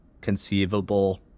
conceivable